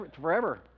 forever